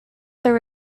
their